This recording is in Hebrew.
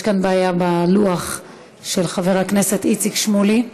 יש כאן בעיה בלוח של חבר הכנסת איציק שמולי.